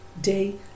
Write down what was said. day